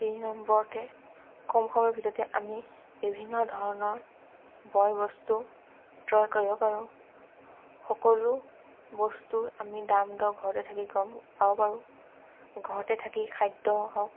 দুই নম্বৰতে কম সময়ৰ ভিতৰতে আমি বিভিন্ন ধৰণৰ বয় বস্তু ক্ৰয় কৰিব পাৰোঁ সকলো বস্তুৰ আমি দাম দৰ ঘৰতে থাকি গম পাব পাৰোঁ ঘৰতে থাকি খাদ্য হওক